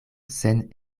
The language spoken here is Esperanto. sen